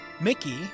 mickey